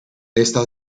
esta